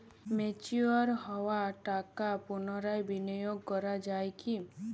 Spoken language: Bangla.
ম্যাচিওর হওয়া টাকা পুনরায় বিনিয়োগ করা য়ায় কি?